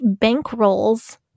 bankrolls